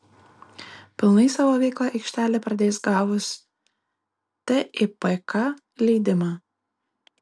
pilnai savo veiklą aikštelė pradės gavus tipk leidimą